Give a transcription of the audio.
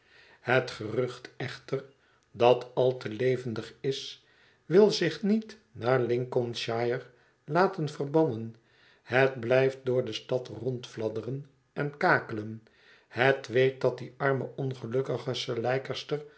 het gerucht echter dat al te levendig is wil zich niet naar lincolnshire laten verbannen het blijft door de stad rondfladderen en kakelen het weet dat die arme ongelukkige